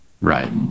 Right